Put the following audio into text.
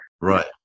Right